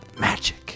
magic